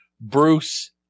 Bruce